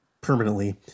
permanently